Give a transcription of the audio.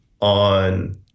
on